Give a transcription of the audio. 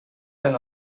haren